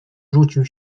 rzucił